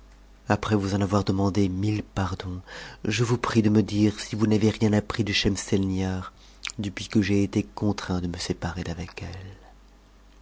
après vous en avoir demandé mille pardons vous prie de me dire si vous n'avez rien appris de schemseinihar deunis que j'ai été contraint de me séparer d'avec elle